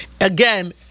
again